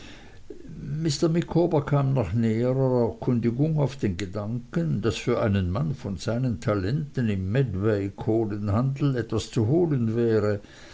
mr micawber kam nach näherer erkundigung auf den gedanken daß für einen mann von seinen talenten im medway kohlenhandel etwas zu holen wäre